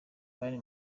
bari